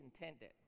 intended